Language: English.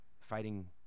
fighting